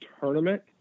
tournament